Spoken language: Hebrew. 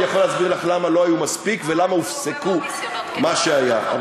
אני יכול להסביר לך למה לא היו מספיק ולמה הופסק מה שהיה.